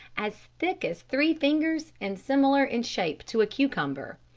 as thick as three fingers and similar in shape to a cucumber.